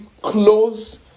close